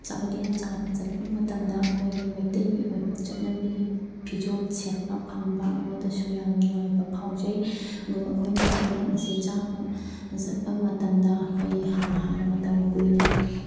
ꯆꯥꯛꯂꯦꯟ ꯆꯥꯕ ꯆꯠꯄ ꯃꯇꯝꯗ ꯑꯩꯈꯣꯏꯒꯤ ꯃꯩꯇꯩꯒꯤ ꯑꯣꯏꯕ ꯆꯠꯅꯕꯤꯒꯤ ꯐꯤꯖꯣꯜ ꯁꯦꯠꯄ ꯐꯪꯕ ꯑꯩꯉꯣꯟꯗꯁꯨ ꯌꯥꯝ ꯅꯨꯡꯉꯥꯏꯕ ꯐꯥꯎꯖꯩ ꯑꯗꯨꯒ ꯑꯩꯈꯣꯏꯅ ꯆꯥꯛꯂꯦꯟ ꯑꯁꯤ ꯆꯥꯕ ꯆꯠꯄ ꯃꯇꯝꯗ ꯑꯩꯈꯣꯏꯒꯤ ꯃꯇꯝ ꯀꯨꯏꯅ